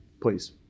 please